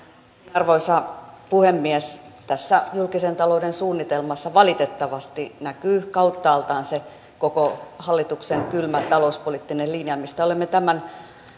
arvoisa puhemies tässä julkisen talouden suunnitelmassa valitettavasti näkyy kauttaaltaan se koko hallituksen kylmä talouspoliittinen linja mistä olemme tämän